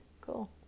cool